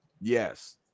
Yes